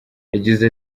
yagize